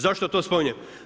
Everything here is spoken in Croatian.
Zašto to spominjem?